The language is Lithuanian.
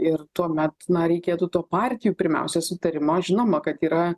ir tuomet na reikėtų to partijų pirmiausia sutarimo žinoma kad yra